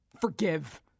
Forgive